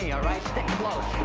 yeah right, stick close.